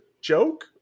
joke